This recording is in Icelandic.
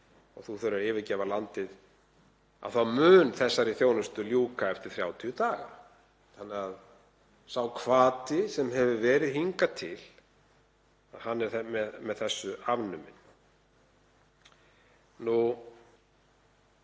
og þurfir að yfirgefa landið, þá mun þessari þjónustu ljúka eftir 30 daga. Þannig að sá hvati sem hefur verið hingað til er með þessu afnuminn.